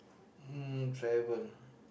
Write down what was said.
um travel